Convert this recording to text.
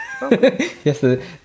Yes